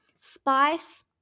Spice